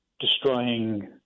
destroying